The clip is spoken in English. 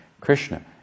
Krishna